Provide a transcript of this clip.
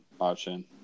option